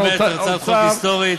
זו הצעת חוק היסטורית.